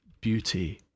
beauty